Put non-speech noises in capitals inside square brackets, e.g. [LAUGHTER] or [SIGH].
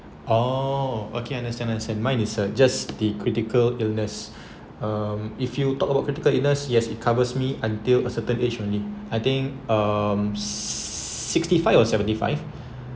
oh okay understand understand mine is uh just the critical illness [BREATH] um if you talk about critical illness yes it covers me until a certain age only I think um sixty five or seventy five